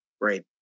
Great